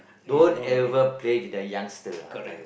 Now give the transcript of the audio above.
don't ever play with the youngster ah I tell you